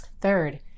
third